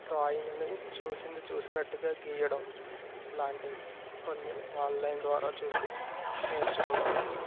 డ్రాయింగ్ని చూసింది చూసినట్టుగా గీయడం లాంటివి కొన్ని ఆన్లైన్ ద్వారా చూసి నేర్చుకున్నాను